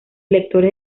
lectores